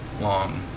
long